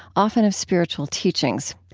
often of spiritual teachings.